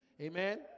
Amen